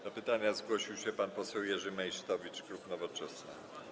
Do pytania zgłosił się pan poseł Jerzy Meysztowicz, klub Nowoczesna.